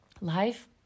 life